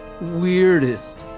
weirdest